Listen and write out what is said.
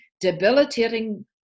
debilitating